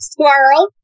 Squirrel